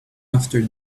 after